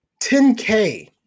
$10K